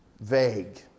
vague